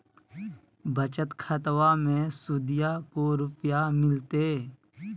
बचत खाताबा मे सुदीया को रूपया मिलते?